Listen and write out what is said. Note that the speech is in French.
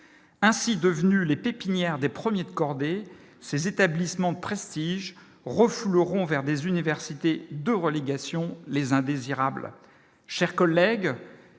ainsi devenus les pépinières des premiers de cordée, ces établissements de prestige refoule auront vers des universités de relégation les indésirables,